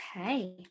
Okay